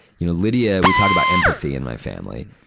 you know, lydia we talk about empathy in my family.